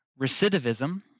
Recidivism